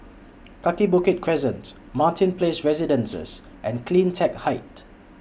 Kaki Bukit Crescent Martin Place Residences and CleanTech Height